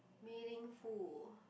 meaningful